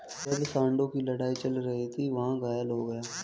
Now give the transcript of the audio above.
जब सांडों की लड़ाई चल रही थी, वह घायल हो गया